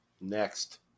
Next